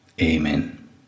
Amen